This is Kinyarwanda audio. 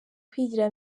kwigira